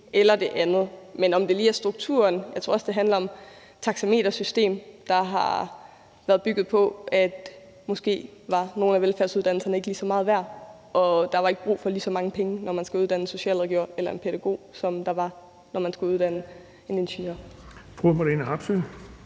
eller det andet. Om det lige er strukturen, ved jeg ikke. Jeg tror også, det handler om et taxametersystem, der har været bygget på, at nogle af velfærdsuddannelserne måske ikke var lige så meget værd som andre uddannelser, og at der ikke var brug for lige så mange penge, når man skulle uddanne en socialrådgiver eller en pædagog, som der var, når man skulle uddanne en ingeniør.